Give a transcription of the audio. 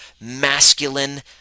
masculine